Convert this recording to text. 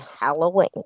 Halloween